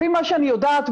לפי מה שאני יודעת,